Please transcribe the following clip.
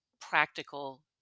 practical